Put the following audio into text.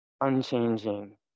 unchanging